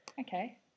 Okay